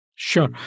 Sure